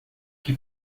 que